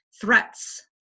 threats